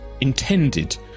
intended